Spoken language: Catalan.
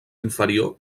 inferior